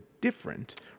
different